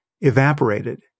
evaporated